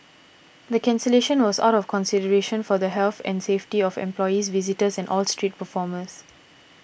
the cancellation was out of consideration for the health and safety of employees visitors and all street performers